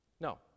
No